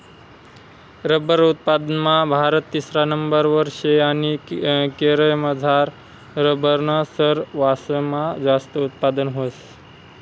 rubber उत्पादनमा भारत तिसरा नंबरवर शे आणि केरयमझार रबरनं सरवासमा जास्त उत्पादन व्हस